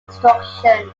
instruction